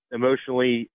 emotionally